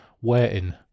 waiting